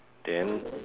then